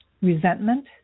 Resentment